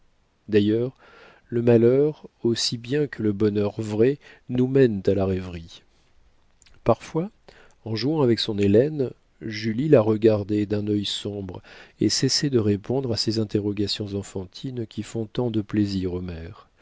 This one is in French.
d'ailleurs le malheur aussi bien que le bonheur vrai nous mène à la rêverie parfois en jouant avec son hélène julie la regardait d'un œil sombre et cessait de répondre à ces interrogations enfantines qui font tant de plaisir